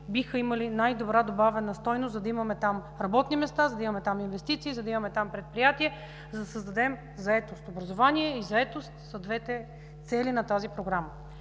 биха имали най-добра добавена стойност, за да имаме там работни места, инвестиции, предприятия, за да създадем заетост. Образование и заетост са двете цели на тази Програма.